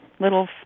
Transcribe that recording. little